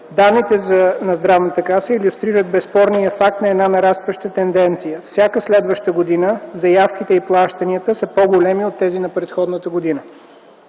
Данните на Здравната каса илюстрират безспорния факт на една нарастваща тенденция – всяка следваща година заявките и плащанията са по-големи от тези на предходната година.